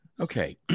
Okay